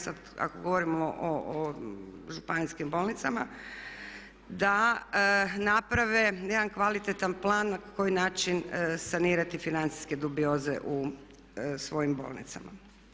Sad ako govorimo o županijskim bolnicama da naprave jedan kvalitetan plan na koji način sanirati financijske dubioze u svojim bolnicama.